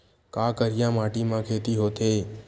का करिया माटी म खेती होथे?